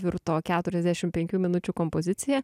virto keturiasdešim penkių minučių kompozicija